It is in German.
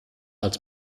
als